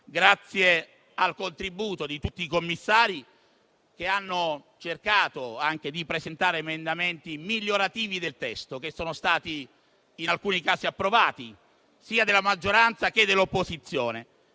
Paroli e al contributo di tutti i commissari, che hanno cercato di presentare emendamenti migliorativi del testo, che sono stati in alcuni casi approvati (sia della maggioranza che dell'opposizione).